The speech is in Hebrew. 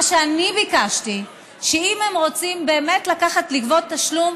מה שאני ביקשתי זה שאם הם רוצים באמת לגבות תשלום,